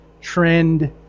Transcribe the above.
trend